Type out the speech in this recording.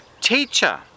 Teacher